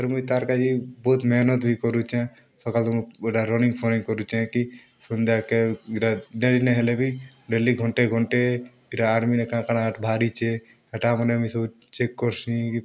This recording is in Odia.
ଆର୍ ମୁଇଁ ତା'ର୍ କା'ଯେ ବହୁତ୍ ମେହେନତ୍ ବି କରୁଛେଁ ସକାଲୁ ଇ'ଟା ରନିଙ୍ଗ୍ ଫନିଙ୍ଗ୍ କରୁଛେଁ କି ସନ୍ଧ୍ୟା'କେ ଇ'ଟା ଡ଼େରି ନାଇଁ ହେଲେ ବି ଡେଲି ଘଣ୍ଟେ ଘଣ୍ଟେ ଟିକେ ଆର୍ମିନେ କା'ଣା କା'ଣା ଆର୍ ବାହାରିଛେ ହେଟାମାନେ ମୁଇଁ ସବୁ ଚେକ୍ କର୍ସିଁ ଯେ